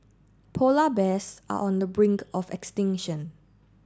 polar bears are on the brink of extinction